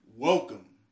Welcome